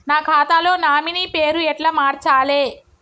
నా ఖాతా లో నామినీ పేరు ఎట్ల మార్చాలే?